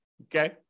okay